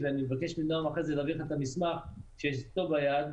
ואני אבקש מנועם אחרי זה להעביר לך את המסמך שיש אצלו ביד,